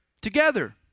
together